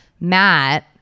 Matt